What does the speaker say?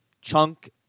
chunk